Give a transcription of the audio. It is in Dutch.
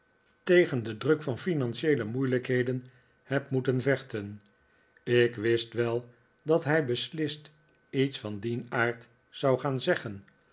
tegen den druk van financieele moeilijkheden heb moeten vechten ik wist wel dat hij beslist iets van dien aard zou gaan zeggen